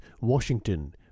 Washington